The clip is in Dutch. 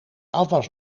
afwas